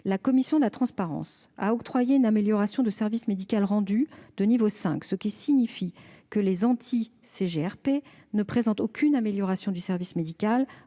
la commission de la transparence a octroyé une « amélioration de service médical rendu » (ASMR) de niveau V : cela signifie que les anti-CGRP ne présentent aucune amélioration du service médical rendu